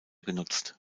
genutzt